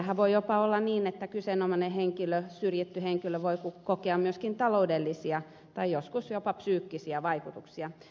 meillähän voi jopa olla niin että syrjitty henkilö voi kokea myöskin taloudellisia tai joskus jopa psyykkisiä vaikutuksia